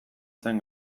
zen